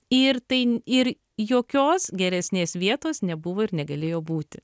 ir tain ir jokios geresnės vietos nebuvo ir negalėjo būti